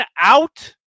out